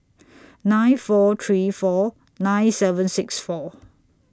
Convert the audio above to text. nine four three four nine seven six four